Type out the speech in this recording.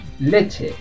Leche